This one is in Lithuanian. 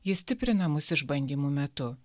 ji stiprina mus išbandymų metu